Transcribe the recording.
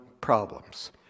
problems